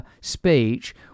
speech